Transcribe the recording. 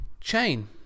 chain